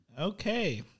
Okay